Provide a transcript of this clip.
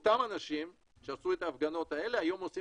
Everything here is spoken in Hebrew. אותם אנשים שעשו את ההפגנות האלה היום עושים